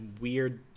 weird